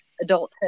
adulthood